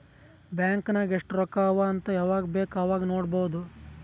bank ನಾಗ್ ಎಸ್ಟ್ ರೊಕ್ಕಾ ಅವಾ ಅಂತ್ ಯವಾಗ ಬೇಕ್ ಅವಾಗ ನೋಡಬೋದ್